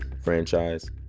franchise